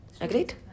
Agreed